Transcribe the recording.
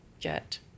get